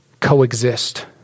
coexist